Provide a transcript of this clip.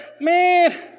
man